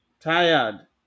tired